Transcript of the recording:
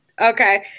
Okay